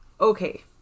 Okay